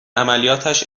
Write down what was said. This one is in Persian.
عملیاتش